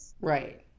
Right